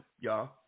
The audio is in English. y'all